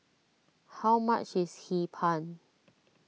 how much is Hee Pan